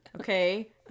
Okay